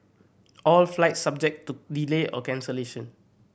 all flights subject to delay or cancellation